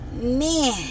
man